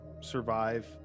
survive